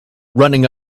running